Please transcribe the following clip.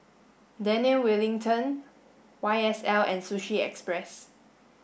Daniel Wellington Y S L and Sushi Express